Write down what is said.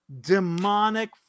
demonic